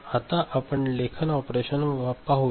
आता आपण लेखन ऑपरेशन पाहूया